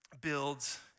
builds